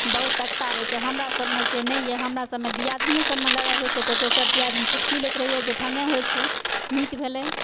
रहै छै हमरा सब मे से नहि यऽ हमरा सब मे दियादनीयो सब मे लड़ाइ होइ छै तऽ दोसर दियादनी चुटकी लैत रहै यऽ जे भने होइ छै नीक भेलै